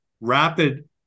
rapid